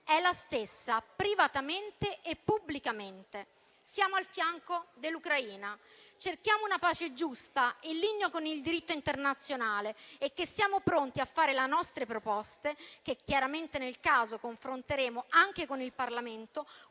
la stessa, privatamente e pubblicamente. Siamo al fianco dell'Ucraina, cerchiamo una pace giusta, in linea con il diritto internazionale, e siamo pronti a fare la nostre proposte, su cui chiaramente ci confronteremo anche con il Parlamento,